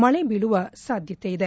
ಮಳೆ ಬೀಳುವ ಸಾಧ್ಯತೆ ಇದೆ